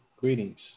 Greetings